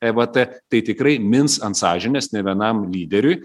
e vat e tai tikrai mins ant sąžinės nė vienam lyderiui